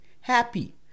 happy